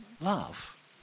love